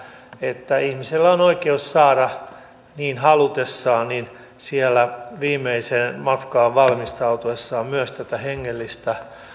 että ihmisellä on oikeus saada niin halutessaan viimeiseen matkaan valmistautuessaan myös tätä hengellistä